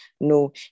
No